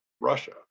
Russia